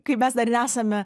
kai mes dar nesame